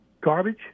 garbage